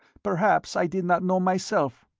perhaps i did not know myself.